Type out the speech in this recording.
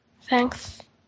thanks